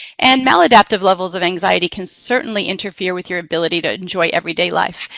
and maladaptive levels of anxiety can certainly interfere with your ability to enjoy everyday life.